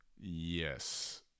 Yes